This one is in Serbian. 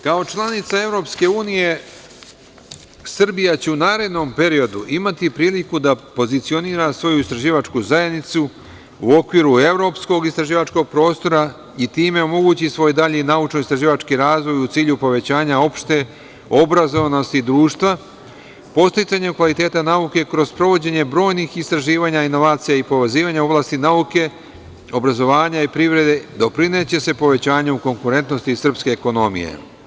Kao članica EU, Srbija će u narednom periodu imati priliku da pozicionira svoju istraživačku zajednicu u okviru evropskog istraživačkog prostora i time omogući svoj dalji naučno-istraživački razvoj u cilju povećanja opšte obrazovanosti društva, podsticanja kvaliteta nauke kroz sprovođenje brojnih istraživanja i inovacija i povezivanja u oblasti nauke, obrazovanja i privrede, doprineće se povećanju konkurentnosti srpske ekonomije.